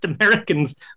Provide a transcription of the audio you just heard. Americans